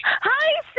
Hi